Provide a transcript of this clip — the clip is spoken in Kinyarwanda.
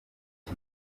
iki